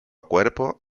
cuerpo